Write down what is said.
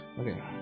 Okay